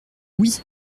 oui